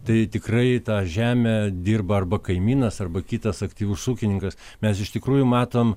tai tikrai tą žemę dirba arba kaimynas arba kitas aktyvus ūkininkas mes iš tikrųjų matom